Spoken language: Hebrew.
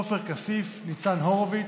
עופר כסיף וניצן הורוביץ,